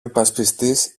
υπασπιστής